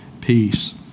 peace